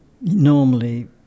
normally